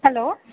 hello